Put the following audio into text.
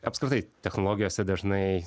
apskritai technologijose dažnai